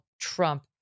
Trump